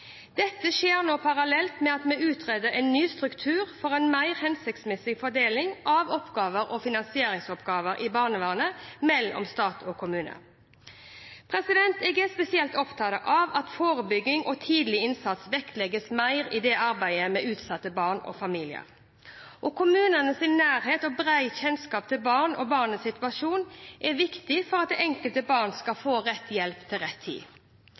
Dette skjer nå parallelt med at vi utreder en ny struktur for en mer hensiktsmessig fordeling av oppgave- og finansieringsansvaret i barnevernet mellom stat og kommune. Jeg er spesielt opptatt av at forebygging og tidlig innsats vektlegges mer i arbeidet med utsatte barn og familier. Kommunens nærhet og brede kjennskap til barnet og barnets situasjon er viktig for at det enkelte barn skal få rett hjelp til rett tid.